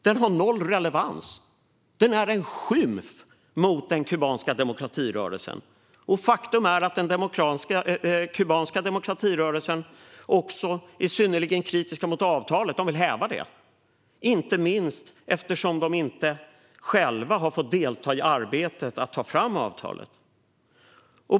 Den har noll relevans och är en ren skymf mot den kubanska demokratirörelsen. Faktum är att den kubanska demokratirörelsen också är synnerligen kritisk mot avtalet och vill häva det, inte minst eftersom de inte själva har fått delta i arbetet med att ta fram avtalet.